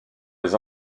des